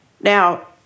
Now